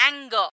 anger